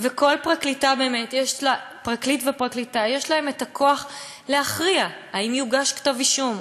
וכל פרקליט ופרקליטה באמת יש להם את הכוח להכריע אם יוגש כתב-אישום,